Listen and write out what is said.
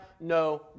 no